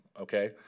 okay